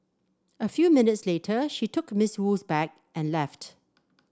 a few minutes later she took Miss Wu's bag and left